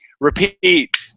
repeat